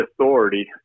authority